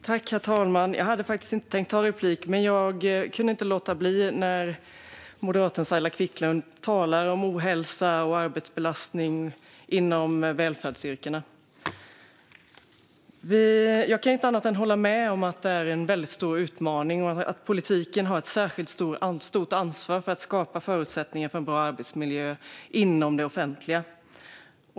Herr talman! Jag hade faktiskt inte tänkt begära replik, men jag kunde inte låta bli när moderaten Saila Quicklund talade om ohälsa och arbetsbelastning inom välfärdsyrkena. Jag kan inte annat än hålla med om att detta är en väldigt stor utmaning och att politiken har ett särskilt stort ansvar för att skapa förutsättningar för en bra arbetsmiljö inom det offentliga.